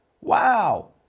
Wow